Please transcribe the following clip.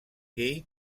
kate